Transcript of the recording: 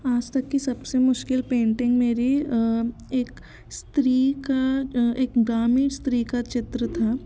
आज तक की सबसे मुश्किल पेंटिंग मेरी एक स्त्री का एक ग्रामीण स्त्री का चित्र था